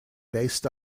based